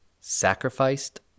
Sacrificed